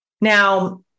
Now